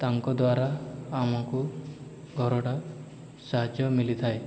ତାଙ୍କ ଦ୍ୱାରା ଆମକୁ ଘରଟା ସାହାଯ୍ୟ ମିଳିଥାଏ